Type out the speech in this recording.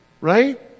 Right